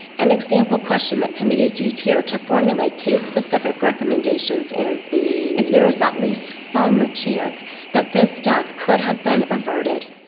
an example question that committees use here to formulate case-specific recommendations is if there is at least some chance that this death could have been averted,